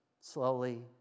slowly